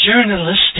journalistic